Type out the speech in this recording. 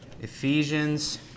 Ephesians